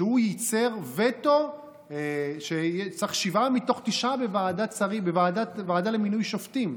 שהוא ייצר וטו שצריך שבעה מתוך תשעה בוועדה למינוי שופטים.